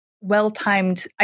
well-timed